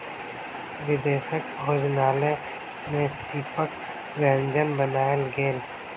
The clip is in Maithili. विदेशक भोजनालय में सीपक व्यंजन बनायल गेल